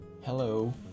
Hello